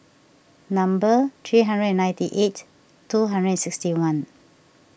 number three hundred and ninety eight two hundred and sixty one